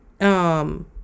um-